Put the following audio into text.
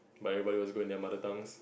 but everybody was good at their mother tongues